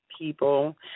people